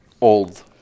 old